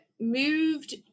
moved